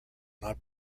not